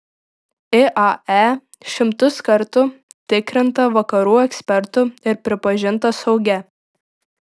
iae šimtus kartų tikrinta vakarų ekspertų ir pripažinta saugia